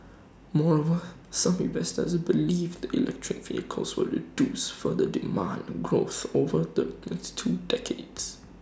moreover some investors believe that electric vehicles will reduce for the demand growth over the next two decades